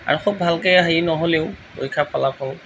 আৰু খুব ভালকৈ হেৰি নহ'লেও পৰীক্ষা ফলাফল